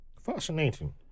Fascinating